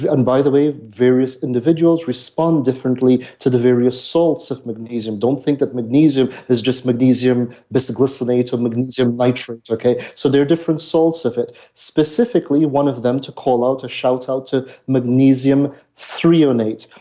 and by the way, various individuals respond differently to the various salts of magnesium don't think that magnesium is just magnesium bisglycinate or magnesium nitrate, okay? so there are different salts of it, specifically one of them to call out a shout out to magnesium threonate,